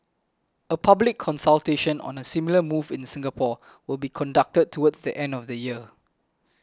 a public consultation on a similar move in Singapore will be conducted towards the end of the year